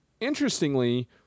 interestingly